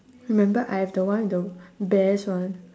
remember I have the one the bears one